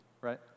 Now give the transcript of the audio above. right